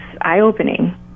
eye-opening